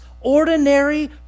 ordinary